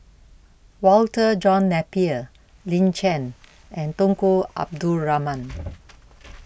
Walter John Napier Lin Chen and Tunku Abdul Rahman